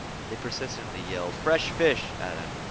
they persistently yelled fresh fish! at him,